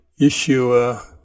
Yeshua